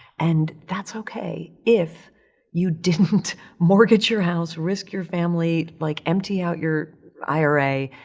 and that's ok, if you didn't mortgage your house, risk your family, like, empty out your ira,